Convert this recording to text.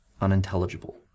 unintelligible